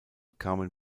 kamen